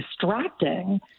distracting